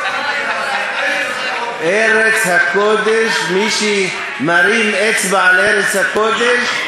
ארץ הקודש, מי שמרים אצבע על ארץ הקודש,